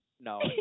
no